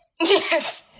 Yes